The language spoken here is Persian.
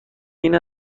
این